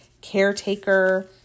Caretaker